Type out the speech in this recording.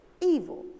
evil